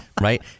right